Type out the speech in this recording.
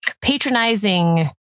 patronizing